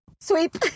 Sweep